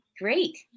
Great